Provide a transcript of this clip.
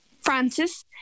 Francis